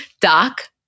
Doc